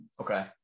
Okay